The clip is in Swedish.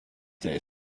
dig